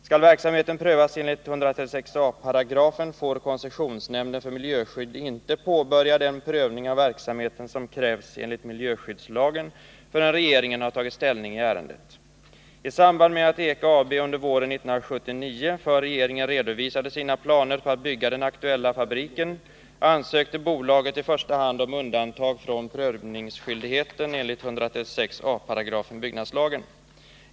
Skall verksamheten prövas enligt 136 a § BL får koncessionsnämnden för miljöskydd inte påbörja den prövning av verksamheten som krävs enligt miljöskyddslagen förrän regeringen har tagit ställning i ärendet. I samband med att EKA AB under våren 1979 för regeringen redovisade sina planer på att bygga den aktuella fabriken ansökte bolaget i första hand om undantag från prövningsskyldigheten enligt 136 a § BL.